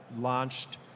launched